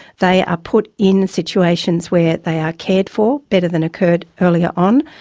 they are put in situations where they are cared for, better than occurred earlier on.